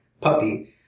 puppy